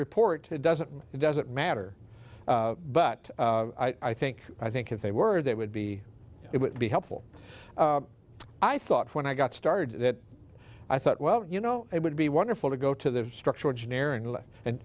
report to doesn't it doesn't matter but i think i think if they were they would be it would be helpful i thought when i got started i thought well you know it would be wonderful to go to the structural engineer and and